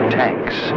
tanks